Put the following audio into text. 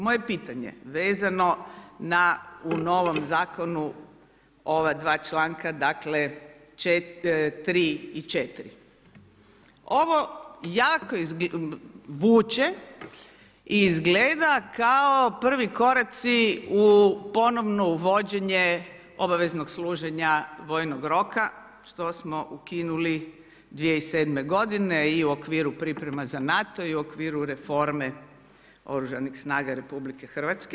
Moje pitanje, vezano, na u novom zakonu, ova dva članka, dakle, 3. i 4. Ovo jako vuče i izgleda kao prvi koraci u ponovno uvođenje obaveznog služenja vojnog roka, što smo ukinuli 2007. g. i u okviru priprema za NATO i u okviru reforme Oružanih snaga RH.